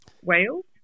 wales